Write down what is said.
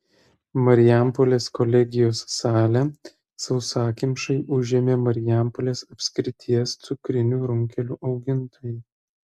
marijampolės kolegijos salę sausakimšai užėmė marijampolės apskrities cukrinių runkelių augintojai